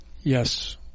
Yes